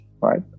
right